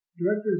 Directors